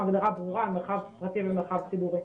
הגדרה ברורה על מרחב פרטי ומרחב ציבורי.